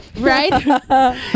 Right